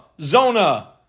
zona